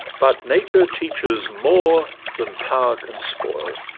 but nature teaches more than power can spoil,